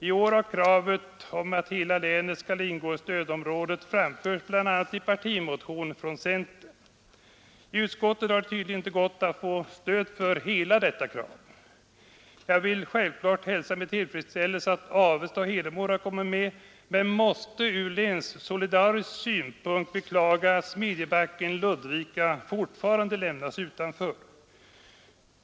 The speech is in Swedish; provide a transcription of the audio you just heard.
I år har kravet om att hela länet skall ingå i stödområdet framförts bl.a. i partimotion från centern. I utskottet har det inte varit möjligt att få stöd för hela detta krav. Jag vill självfallet hälsa med tillfredsställelse att Avesta och Hedemora förts till stödområdet men måste ur länssolidarisk synpunkt beklaga, att Smedjebacken och Ludvika fortfarande lämnas utanför.